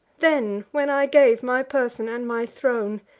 then, when i gave my person and my throne,